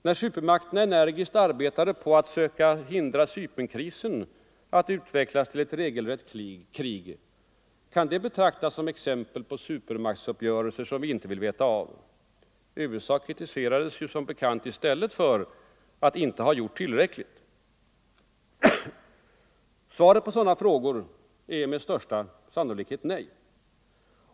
När supermakterna energiskt arbetade på att söka hindra Cypernkrisen att utvecklas till ett regelrätt krig, kan det betraktas som ett exempel på supermaktsuppgörelser som vi inte vill veta av? USA kritiserades som bekant i stället för att inte ha gjort tillräckligt. Svaren på sådana frågor är med största sannolikhet nej.